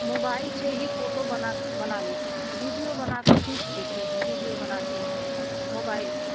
mobile से ही photo बना बना लेते हैं वीडियो बना खींच लेते हैं वीडियो बनाते हैं मोबाइल में